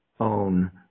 own